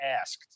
asked